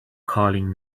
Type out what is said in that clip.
calling